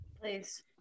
please